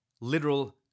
literal